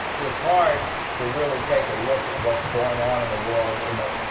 it's hard to really take a look at what's going on in the world in the,